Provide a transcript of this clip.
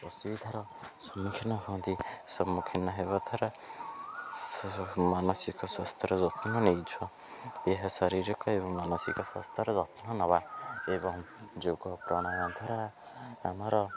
ଅସୁବିଧାର ସମ୍ମୁଖୀନ ହୁଅନ୍ତି ସମ୍ମୁଖୀନ ହେବା ଦ୍ୱାରା ମାନସିକ ସ୍ୱାସ୍ଥ୍ୟର ଯତ୍ନ ନେଇଛୁ ଏହା ଶାରୀରିକ ଏବଂ ମାନସିକ ସ୍ୱାସ୍ଥ୍ୟର ଯତ୍ନ ନବା ଏବଂ ଯୋଗ ପ୍ରଣୟ ଦ୍ୱାରା ଆମର